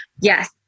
Yes